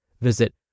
Visit